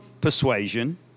persuasion